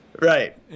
Right